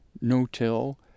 no-till